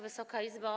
Wysoka Izbo!